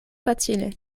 facile